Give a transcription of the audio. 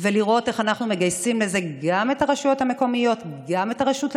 ולראות איך אנחנו מגייסים לזה גם את הרשויות המקומיות,